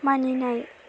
मानिनाय